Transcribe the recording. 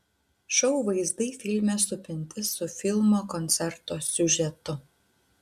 šou vaizdai filme supinti su filmo koncerto siužetu